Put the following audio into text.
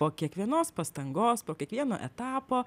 po kiekvienos pastangos po kiekvieno etapo